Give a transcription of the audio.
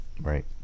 right